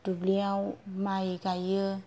दुब्लियाव माइ गायो